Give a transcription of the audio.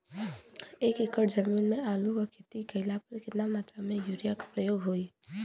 एक एकड़ जमीन में आलू क खेती कइला पर कितना मात्रा में यूरिया क प्रयोग होई?